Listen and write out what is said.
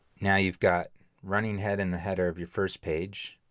now you've got running head in the header of your first page,